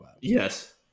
Yes